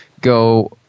go